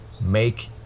make